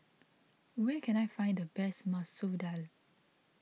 where can I find the best Masoor Dal